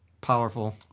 powerful